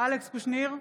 אלכס קושניר,